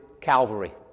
Calvary